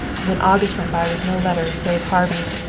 when august went by, with no letters save harvey's,